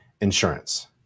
Insurance